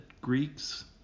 Greeks